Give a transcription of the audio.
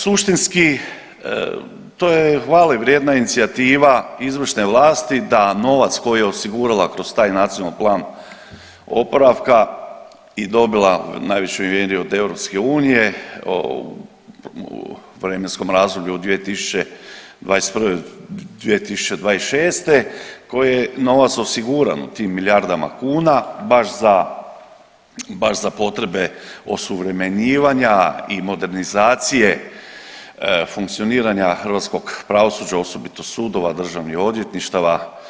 Suštinski to je hvale vrijedna inicijativa izvršne vlasti da novac koji je osigurala kroz taj Nacionalni plan oporavka i dobila u najvećoj mjeri od EU, u vremenskom razdoblju od 2021.-2026. koje je novac osiguran u tim milijardama kuna baš za, baš za potrebe osuvremenjivanja i modernizacije funkcioniranja hrvatskog pravosuđa osobito sudova, državnih odvjetništava.